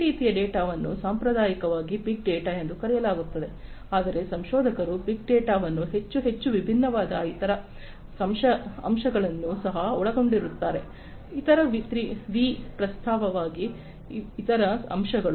ಈ ರೀತಿಯ ಡೇಟಾವನ್ನು ಸಾಂಪ್ರದಾಯಿಕವಾಗಿ ಬಿಗ್ ಡೇಟಾ ಎಂದು ಕರೆಯಲಾಗುತ್ತದೆ ಆದರೆ ಸಂಶೋಧಕರು ಬಿಗ್ ಡೇಟಾ ವನ್ನು ಹೆಚ್ಚು ಹೆಚ್ಚು ವಿಭಿನ್ನವಾದ ಇತರ ಅಂಶಗಳನ್ನು ಸಹ ಒಳಗೊಂಡಿರುತ್ತಾರೆ ಇತರ ವಿ ವಾಸ್ತವವಾಗಿ ಇತರ ಅಂಶಗಳು